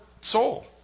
soul